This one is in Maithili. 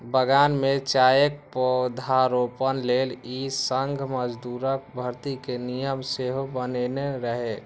बगान मे चायक पौधारोपण लेल ई संघ मजदूरक भर्ती के नियम सेहो बनेने रहै